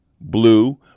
blue